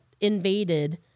invaded